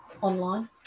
online